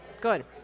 Good